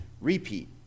repeat